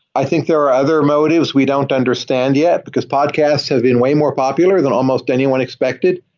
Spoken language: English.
i think there are other motives we don't understand yet, because podcasts have been way more popular than almost anyone expected.